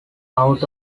out